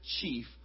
chief